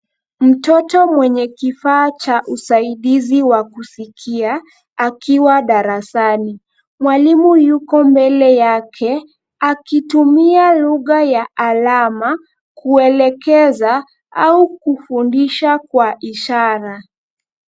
Mtoto mwenye kifaa cha usaidizi wa kusikia, akiwa darasani. Mwalimu yuko mbele yake akitumia lugha ya alama, kuelekeza au kufundisha kwa ishara.